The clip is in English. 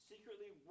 secretly